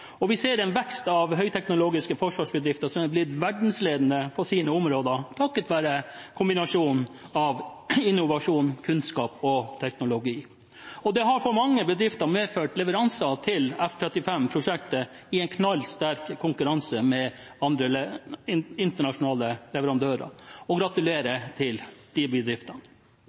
Vi ser en vekst av høyteknologiske forsvarsbedrifter som har blitt verdensledende på sine områder, takket være kombinasjonen av innovasjon, kunnskap og teknologi. Det har for mange bedrifter medført leveranser til F-35-prosjektet i en knallsterk konkurranse med andre internasjonale leverandører. Gratulerer til de bedriftene!